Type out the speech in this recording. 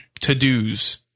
to-do's